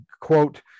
quote